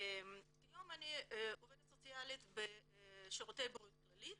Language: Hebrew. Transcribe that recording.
כיום אני עובדת סוציאלית בשירותי בריאות כללית,